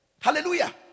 Hallelujah